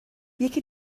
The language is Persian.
یکی